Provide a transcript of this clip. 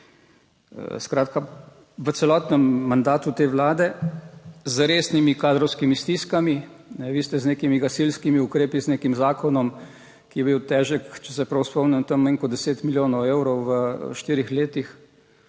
skratka, v celotnem mandatu te Vlade z resnimi kadrovskimi stiskami. Vi ste z nekimi gasilskimi ukrepi, z nekim zakonom, ki je bil težek, če se prav spomnim, tam manj kot deset milijonov evrov v štirih letih,